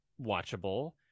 watchable